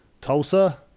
Tulsa